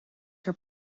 her